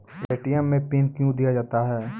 ATM मे PIN कयो दिया जाता हैं?